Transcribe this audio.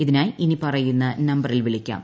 ഇതിനായി ഇനിപറയുന്ന നമ്പരിൽ വിളിക്കാം